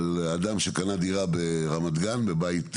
על אדם שקנה דירה ברמת גן בבית משותף,